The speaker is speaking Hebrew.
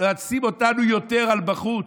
ולהציב אותנו יותר על החוץ,